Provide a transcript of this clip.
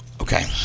okay